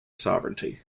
sovereignty